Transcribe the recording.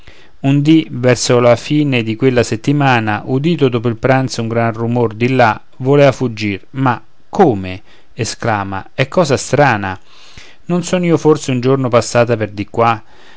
un dì verso la fine di quella settimana udito dopo il pranzo un gran rumor di là volea fuggir ma come esclama è cosa strana non sono io forse un giorno passata per di qua